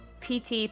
PT